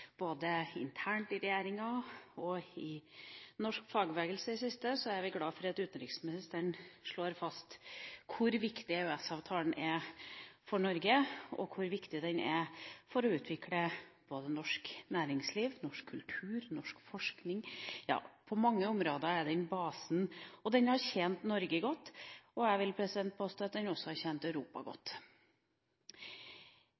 både internt i regjeringa og i norsk fagbevegelse i det siste, er vi glad for at utenriksministeren slår fast hvor viktig EØS-avtalen er for Norge, og hvor viktig den er for å utvikle norsk næringsliv, norsk kultur og norsk forskning. Ja, på mange områder er EØS-avtalen basen. Den har tjent Norge godt, og jeg vil påstå at den også har tjent Europa